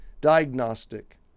diagnostic